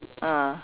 ah